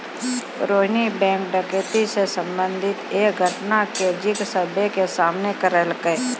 Rohini bank डकैती से संबंधित एक घटना के जिक्र सभ्भे के सामने करलकै